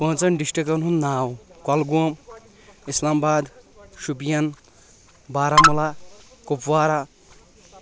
پانٛژن ڈِسٹِکن ہُنٛد ناو کۄلگوٗم اِسلام آباد شُپین باہمولہ کُپوارا